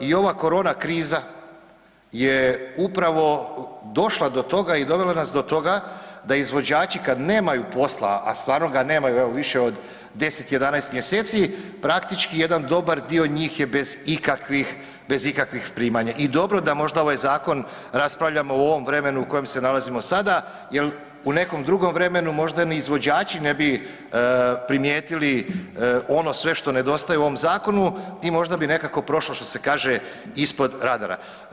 I ova korona kriza je upravo došla do toga i dovela nas do toga da izvođači kad nemaju posla, a stvarno ga nemaju evo više od 10, 11 mjeseci praktički jedan dobar dio njih je bez ikakvih primanja i dobro da možda ovaj zakon raspravljamo u ovom vremenu u kojem se nalazimo sada jel u nekom drugom vremenu možda ni izvođači ne bi primijetili ono što sve nedostaje u ovom zakonu i možda bi nekako prošlo što se kaže ispod radara.